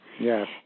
Yes